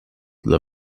dla